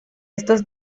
estos